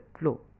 flow